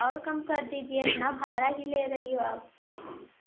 और कम कर दीजिए इतना भाड़ा ही ले रही हो आप